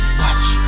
watch